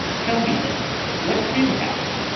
tell me then what did happen.